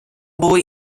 були